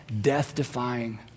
death-defying